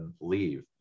leave